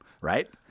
right